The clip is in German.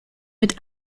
mit